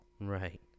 Right